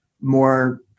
more